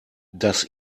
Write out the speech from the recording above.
das